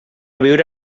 viure